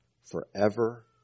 forever